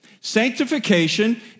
sanctification